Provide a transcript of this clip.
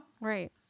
Right